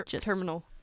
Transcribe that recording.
terminal